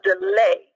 delay